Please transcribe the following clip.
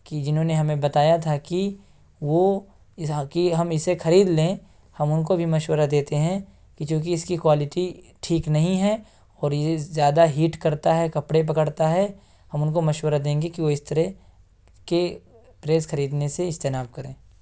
کہ جنہوں نے ہمیں بتایا تھا کہ وہ کہ ہم اسے خرید لیں ہم ان کو بھی مشورہ دیتے ہیں کہ چونکہ اس کی کوالٹی ٹھیک نہیں ہے اور یہ زیادہ ہیٹ کرتا ہے کپڑے پکڑتا ہے ہم ان کو مشورہ دیں گے کہ وہ اس طرح کے پریس خریدنے سے اجتناب کریں